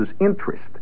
interest